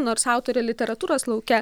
nors autorė literatūros lauke